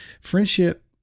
Friendship